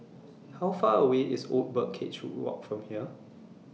How Far away IS Old Birdcage Walk from here